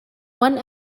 one